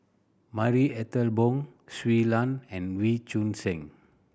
Marie Ethel Bong Shui Lan and Wee Choon Seng